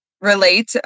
relate